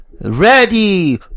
Ready